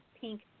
pink